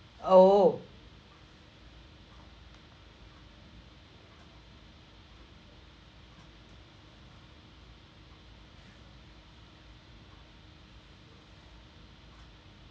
oh